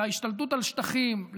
להשתלטות על שטחים,